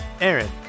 Aaron